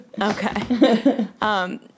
Okay